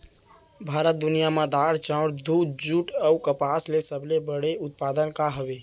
भारत दुनिया मा दार, चाउर, दूध, जुट अऊ कपास के सबसे बड़े उत्पादक हवे